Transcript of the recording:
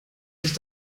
sich